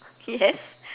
yes